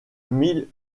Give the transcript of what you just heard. mille